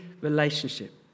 relationship